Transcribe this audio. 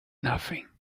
nothing